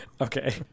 Okay